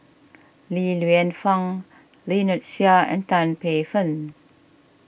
Li Lienfung Lynnette Seah and Tan Paey Fern